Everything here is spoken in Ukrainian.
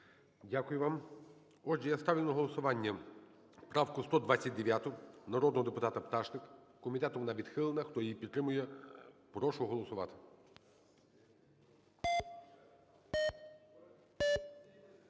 Дякую вам. Отже, я ставлю на голосування правку 129 народного депутата Пташник. Комітетом вона відхилена. Хто її підтримує, прошу голосувати.